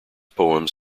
poems